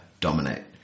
dominate